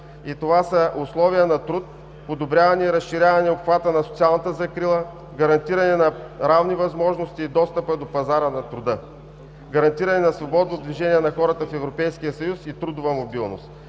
това са: условия на труд, подобряване и разширяване обхвата на социалната закрила, гарантиране на равни възможности и достъпа до пазара на труда, гарантиране на свободно движение на хората в Европейския съюз и трудова мобилност.